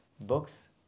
books